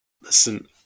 Listen